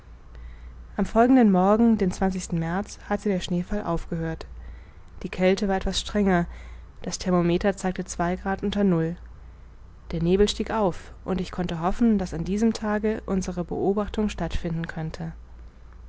am folgenden morgen den märz hatte der schneefall aufgehört die kälte war etwas strenger das thermometer zeigte zwei grad unter null der nebel stieg auf und ich konnte hoffen daß an diesem tage unsere beobachtung stattfinden könne